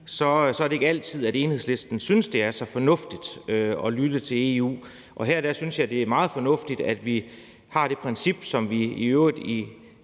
EU, er det ikke altid, at Enhedslisten synes, at det er så fornuftigt at lytte til EU. Og her synes jeg, det er meget fornuftigt, at vi har det princip, som vi i øvrigt